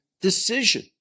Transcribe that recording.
decision